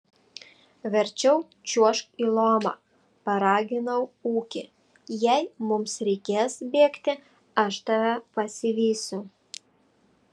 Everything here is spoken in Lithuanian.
verčiau čiuožk į lomą paraginau ūkį jei mums reikės bėgti aš tave pasivysiu